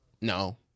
No